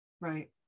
Right